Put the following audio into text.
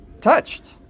touched